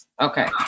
Okay